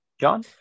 john